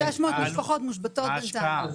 600 משפחות מושבתות בינתיים.